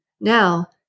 Now